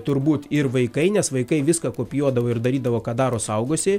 turbūt ir vaikai nes vaikai viską kopijuodavo ir darydavo ką daro suaugusieji